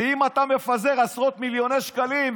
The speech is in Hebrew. ואם אתה מפזר עשרות מיליוני שקלים,